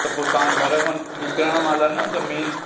त पोइ तव्हां घर खां निकिरण महिल न त मेन